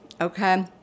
okay